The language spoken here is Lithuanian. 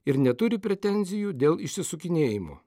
ir neturi pretenzijų dėl išsisukinėjimų